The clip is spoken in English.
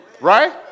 Right